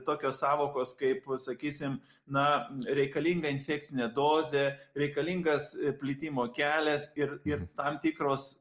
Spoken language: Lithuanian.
tokios sąvokos kaip sakysim na reikalinga infekcinė dozė reikalingas plitimo kelias ir ir tam tikros